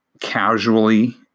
casually